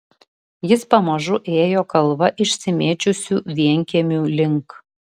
jis pamažu ėjo kalva išsimėčiusių vienkiemių link